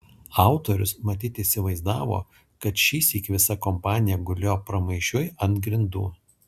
autorius matyt įsivaizdavo kad šįsyk visa kompanija gulėjo pramaišiui ant grindų